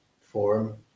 forum